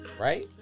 Right